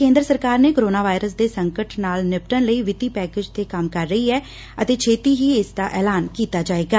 ਕੇਂਦਰ ਸਰਕਾਰ corona virus ਦੇ ਸੰਕਟ ਨਾਲ ਨਿਪੱਟਣ ਲਈ ਵਿੱਤੀ ਪੈਕੇਜ ਤੇ ਕੰਮ ਕਰ ਰਹੀ ਐ ਅਤੇ ਛੇਤੀ ਹੀ ਇਸਦਾ ਐਲਾਨ ਕੀਤਾ ਜਾਏਗਾ